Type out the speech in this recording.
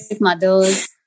mothers